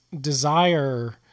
desire